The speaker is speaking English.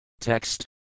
Text